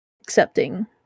accepting